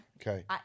Okay